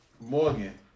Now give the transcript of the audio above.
Morgan